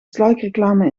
sluikreclame